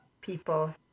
people